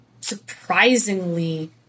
surprisingly